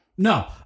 No